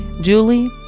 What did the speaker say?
Julie